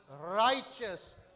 righteous